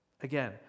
Again